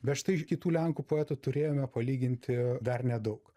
bet štai kitų lenkų poetų turėjome palyginti dar nedaug